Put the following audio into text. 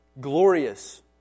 glorious